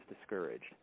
discouraged